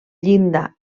llinda